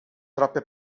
troppe